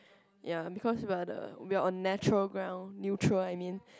ya because we're the we're on natural ground neutral I mean